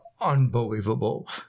unbelievable